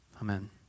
Amen